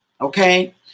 Okay